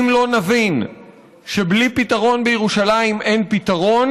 אם לא נבין שבלי פתרון בירושלים אין פתרון,